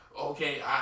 okay